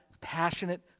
passionate